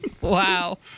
Wow